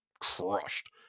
crushed